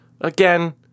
Again